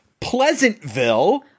Pleasantville